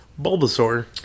Bulbasaur